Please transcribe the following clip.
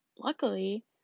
luckily